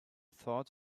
thought